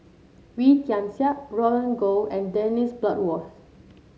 Wee Tian Siak Roland Goh and Dennis Bloodworth